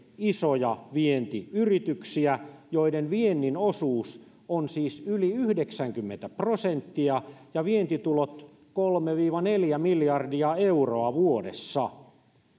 isoja vientiyrityksiä joiden viennin osuus on siis yli yhdeksänkymmentä prosenttia ja vientitulot kolme viiva neljä miljardia euroa vuodessa